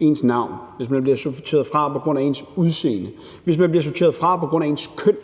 ens navn, hvis man bliver sorteret fra på grund af ens udseende, hvis man bliver sorteret fra på grund af ens køn